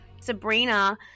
Sabrina